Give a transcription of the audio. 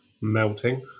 Melting